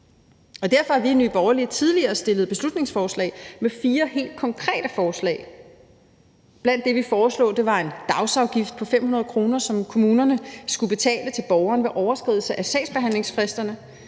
Derfor har vi i Nye Borgerlige tidligere fremsat beslutningsforslag om fire helt konkrete forslag. Blandt det, vi foreslog, var en dagsafgift på 500 kr., som kommunen skulle betale til borgeren ved overskridelse af sagsbehandlingsfristerne,